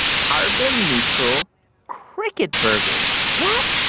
carbon-neutral cricket burgers yep,